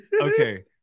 okay